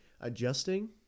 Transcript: adjusting